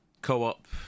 co-op